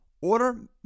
Order